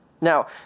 Now